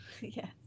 Yes